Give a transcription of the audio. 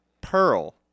Pearl